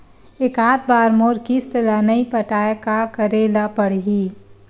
एकात बार मोर किस्त ला नई पटाय का करे ला पड़ही?